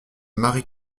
marie